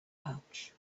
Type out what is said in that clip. pouch